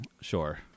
Sure